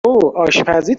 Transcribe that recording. آشپزی